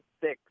six